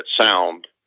sound